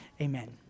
amen